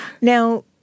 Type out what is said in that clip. Now